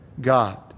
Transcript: God